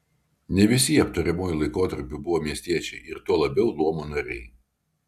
ne visi jie aptariamuoju laikotarpiu buvo miestiečiai ir tuo labiau luomo nariai